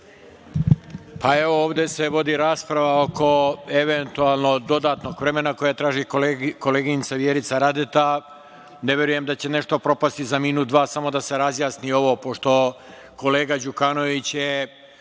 Pa, evo, ovde se vodi rasprava oko eventualno dodatnog vremena koje traži koleginica Vjerica Radeta. Ne verujem da će nešto propasti za minut, dva. Samo da se razjasni ovo pošto kolega Đukanović je